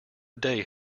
day